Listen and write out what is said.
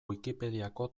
wikipediako